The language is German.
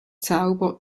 zauber